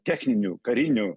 techninių karinių